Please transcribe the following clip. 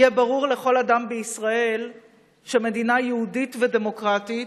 יהיה ברור לכל אדם בישראל שמדינה יהודית ודמוקרטית